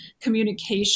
communication